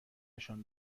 نشان